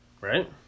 Right